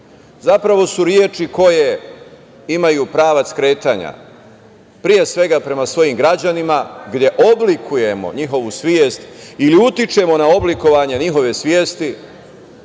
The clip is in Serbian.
zapravo su reči koje imaju pravac kretanja, pre svega prema svojim građanima gde oblikujemo njihovu svest ili utičemo na oblikovanje njihove svesti,